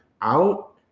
out